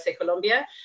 colombia